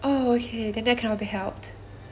oh okay then that cannot be helped